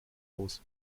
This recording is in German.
los